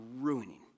ruining